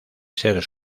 ser